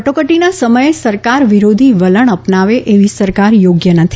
કટોકટીના સમયે સરકાર વિરોધી વલણ અપનાવે એવી સરકાર થોગ્ય નથી